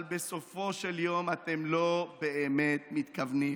אבל בסופו של יום אתם לא באמת מתכוונים.